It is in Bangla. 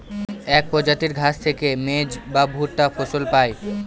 এক প্রজাতির ঘাস থেকে মেজ বা ভুট্টা ফসল পায়